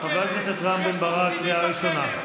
ישב ראש הממשלה בכלא.